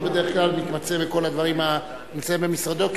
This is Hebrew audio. הוא בדרך כלל מתמצא בכל הדברים הנמצאים במשרדו,